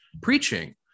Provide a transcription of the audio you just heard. preaching